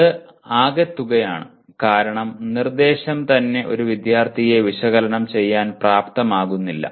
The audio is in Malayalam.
ഇത് ആകെത്തുകയാണ് കാരണം നിർദ്ദേശം തന്നെ ഒരു വിദ്യാർത്ഥിയെ വിശകലനം ചെയ്യാൻ പ്രാപ്തം ആക്കുന്നില്ല